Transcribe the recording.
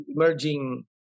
emerging